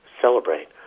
celebrate